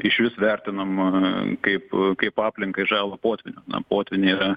išvis vertinama kaip kaip aplinkai žala potvynių na potvyniai yra